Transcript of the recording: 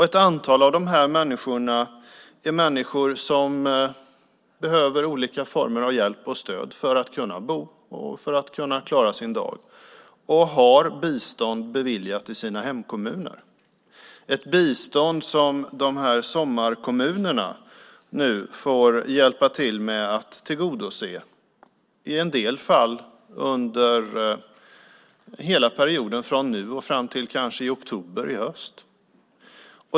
Ett antal av dessa är människor som behöver olika former av hjälp och stöd för att bo och klara sin dag. De har bistånd beviljat i sina hemkommuner. Det är ett bistånd som sommarkommunerna får hjälpa till med att tillgodose. I en del fall kan det vara under hela perioden från nu och fram till kanske i oktober i höst.